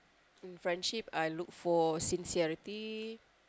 in friendship I look for sincerity